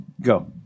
go